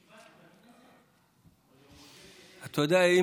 אתה יודע,